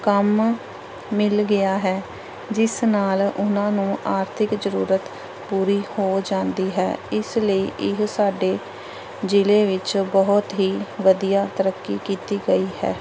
ਕੰਮ ਮਿਲ ਗਿਆ ਹੈ ਜਿਸ ਨਾਲ ਉਨ੍ਹਾਂ ਨੂੰ ਆਰਥਿਕ ਜ਼ਰੂਰਤ ਪੂਰੀ ਹੋ ਜਾਂਦੀ ਹੈ ਇਸ ਲਈ ਇਹ ਸਾਡੇ ਜ਼ਿਲ੍ਹੇ ਵਿੱਚ ਬਹੁਤ ਹੀ ਵਧੀਆ ਤਰੱਕੀ ਕੀਤੀ ਗਈ ਹੈ